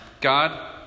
God